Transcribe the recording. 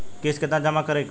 किस्त केतना जमा करे के होई?